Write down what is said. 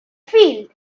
field